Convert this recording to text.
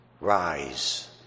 rise